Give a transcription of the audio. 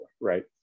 right